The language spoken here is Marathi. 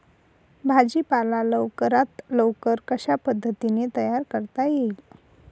भाजी पाला लवकरात लवकर कशा पद्धतीने तयार करता येईल?